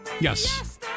Yes